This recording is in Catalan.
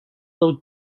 del